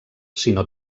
sinó